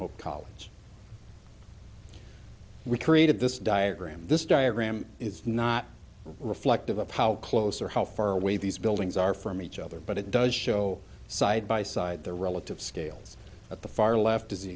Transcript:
hope college we created this diagram this diagram is not reflective of how close or how far away these buildings are from each other but it does show side by side the relative scales at the far left is